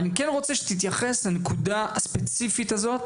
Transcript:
אני רוצה שתתייחס לנקודה הספציפית הזו: